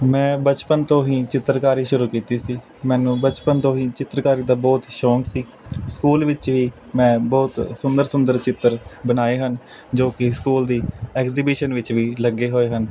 ਮੈਂ ਬਚਪਨ ਤੋਂ ਹੀ ਚਿੱਤਰਕਾਰੀ ਸ਼ੁਰੂ ਕੀਤੀ ਸੀ ਮੈਨੂੰ ਬਚਪਨ ਤੋਂ ਹੀ ਚਿੱਤਰਕਾਰੀ ਦਾ ਬਹੁਤ ਸ਼ੌਕ ਸੀ ਸਕੂਲ ਵਿੱਚ ਵੀ ਮੈਂ ਬਹੁਤ ਸੁੰਦਰ ਸੁੰਦਰ ਚਿੱਤਰ ਬਣਾਏ ਹਨ ਜੋ ਕਿ ਸਕੂਲ ਦੀ ਐਗਜੀਬਿਸ਼ਨ ਵਿੱਚ ਵੀ ਲੱਗੇ ਹੋਏ ਹਨ